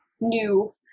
new